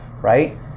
right